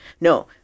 no